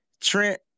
Trent